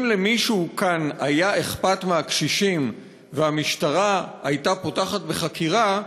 אם למישהו כאן היה אכפת מהקשישים והמשטרה הייתה פותחת בחקירה,